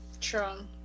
True